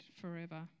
forever